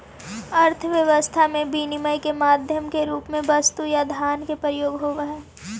अर्थव्यवस्था में विनिमय के माध्यम के रूप में वस्तु या धन के प्रयोग होवऽ हई